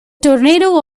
tornado